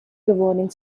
governing